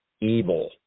evil